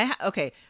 Okay